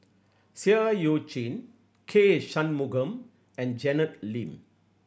Seah Eu Chin K Shanmugam and Janet Lim